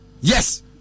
yes